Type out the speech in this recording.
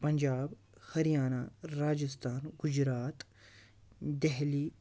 Punjab Haryana Rajasthan Gujarat Delhi